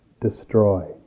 destroy